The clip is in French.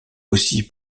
aussi